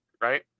right